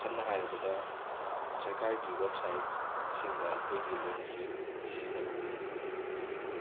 ꯁꯝꯅ ꯍꯥꯏꯔꯕꯗ ꯁꯔꯀꯥꯔꯒꯤ ꯋꯦꯕꯁꯥꯏꯠ ꯁꯤꯡꯗ ꯑꯩꯈꯣꯏꯒꯤ ꯂꯣꯟ ꯑꯁꯤ ꯁꯤꯖꯤꯟꯅꯕ ꯎꯗꯦ